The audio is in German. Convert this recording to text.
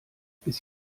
bis